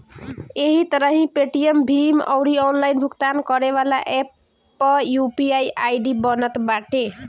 एही तरही पेटीएम, भीम अउरी ऑनलाइन भुगतान करेवाला एप्प पअ भी यू.पी.आई आई.डी बनत बाटे